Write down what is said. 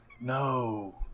no